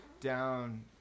down